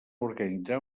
organitzar